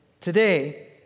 today